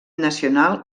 nacional